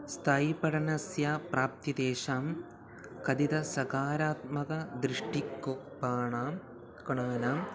स्थायीपठनस्य प्राप्ति तेषां कथित सकारात्मक दृष्टिकोणांनां गणनाम्